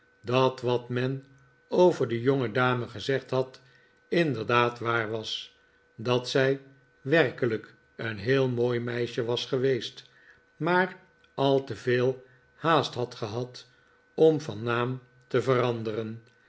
dat wat men over de jongedame gezegd had inderdaad waar was dat zij werkelijk een heel mooi meisje was geweest maar al te veel haast had gehad om van naam te veranderen